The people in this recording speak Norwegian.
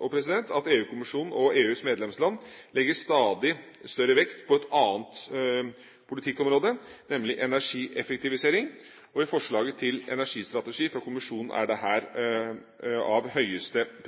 at EU-kommisjonen og EUs medlemsland legger stadig større vekt på et annet politikkområde, nemlig energieffektivisering. I forslaget til energistrategi fra Kommisjonen er dette av høyeste